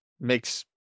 Makes